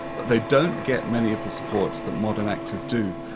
but they don't get many of the supports that modern actors do.